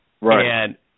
Right